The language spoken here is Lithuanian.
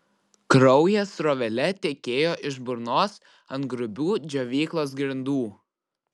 kraujas srovele tekėjo iš burnos ant grubių džiovyklos grindų